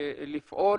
לפעול